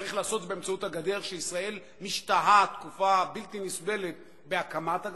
צריך לעשות את זה באמצעות הגדר שישראל משתהה תקופה בלתי נסבלת בהקמתה,